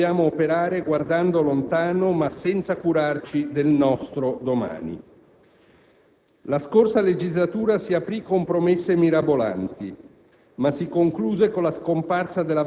Per dare un domani all'Italia dobbiamo operare guardando lontano ma senza curarci del nostro domani. La scorsa legislatura si aprì con promesse mirabolanti,